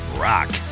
Rock